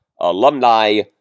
alumni